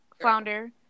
Flounder